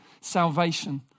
salvation